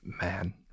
man